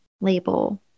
label